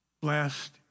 Blessed